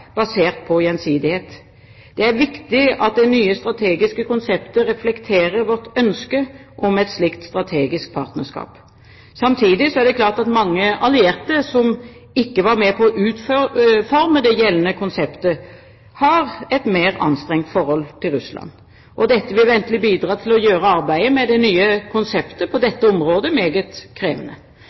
basert på gjensidighet. Det er viktig at det nye strategiske konseptet reflekterer vårt ønske om et slikt strategisk partnerskap. Samtidig er det klart at mange allierte som ikke var med på å utforme det gjeldende konseptet, har et mer anstrengt forhold til Russland. Dette vil ventelig bidra til å gjøre arbeidet med det nye konseptet på dette området meget krevende.